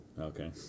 Okay